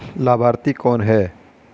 लाभार्थी कौन है?